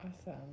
Awesome